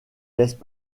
laissent